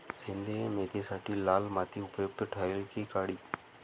सेंद्रिय मेथीसाठी लाल माती उपयुक्त ठरेल कि काळी?